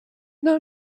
not